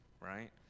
Right